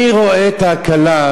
מי רואה את ההקלה?